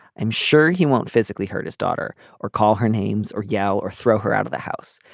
i'm sure he won't physically hurt his daughter or call her names or yell or throw her out of the house.